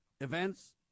events